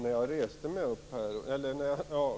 Fru talman!